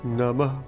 Nama